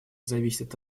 зависит